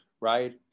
right